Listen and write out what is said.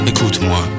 Écoute-moi